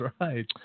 right